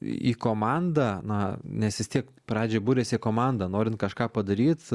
į komandą na nes vis tiek pradžioj buriasi į komandą norint kažką padaryt